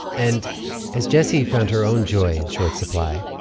and as jessie found her own joy in short supply,